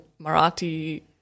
Marathi